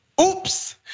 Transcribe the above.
Oops